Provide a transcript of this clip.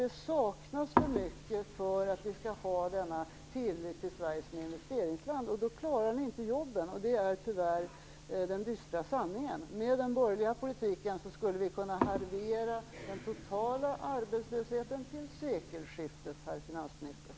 Det saknas för mycket för att man skall få en tillit till Sverige som investeringsland, och då klarar vi inte jobben. Det är tyvärr den bistra sanningen. Med den borgerliga politiken skulle vi kunna halvera den totala arbetslösheten till sekelskiftet, herr finansminister.